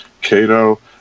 Cato